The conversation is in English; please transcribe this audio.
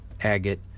agate